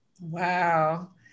Wow